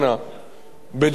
בדרכו שלו,